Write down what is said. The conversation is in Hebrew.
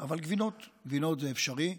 אבל גבינות זה אפשרי.